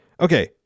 Okay